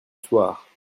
soir